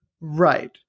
right